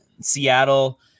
Seattle